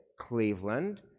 Cleveland